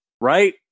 Right